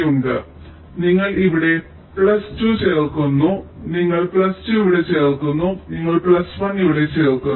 ഉണ്ട് പറയുക നിങ്ങൾ ഇവിടെ പ്ലസ് 2 ചേർക്കുന്നു നിങ്ങൾ പ്ലസ് 2 ഇവിടെ ചേർക്കുന്നു നിങ്ങൾ പ്ലസ് 1 ഇവിടെ ചേർക്കുന്നു